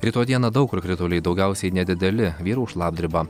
rytoj dieną daug kur krituliai daugiausiai nedideli vyraus šlapdriba